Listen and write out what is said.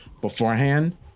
beforehand